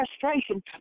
frustration